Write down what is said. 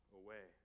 away